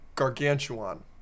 Gargantuan